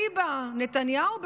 אליבא דנתניהו,